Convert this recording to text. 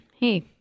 Hey